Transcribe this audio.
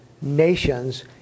nations